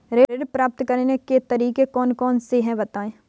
ऋण प्राप्त करने के तरीके कौन कौन से हैं बताएँ?